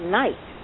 night